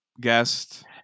guest